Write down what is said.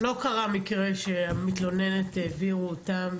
לא קרה מקרה שהעבירו את המתלוננת --- לא.